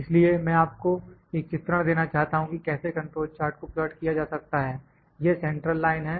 इसलिए मैं आपको एक चित्रण देना चाहता हूं कि कैसे कंट्रोल चार्ट को प्लाट किया जा सकता है यह सेंट्रल लाइन है